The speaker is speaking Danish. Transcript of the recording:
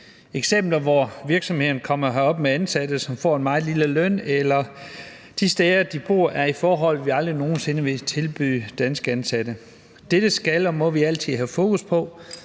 eksempler på, at virksomheder kommer herop med ansatte, som får en meget lille løn, eller hvor de bor under forhold, vi aldrig nogen sinde ville tilbyde danske ansatte. Dette skal og må vi altid have fokus på,